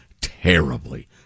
terribly